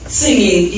singing